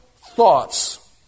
thoughts